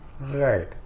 Right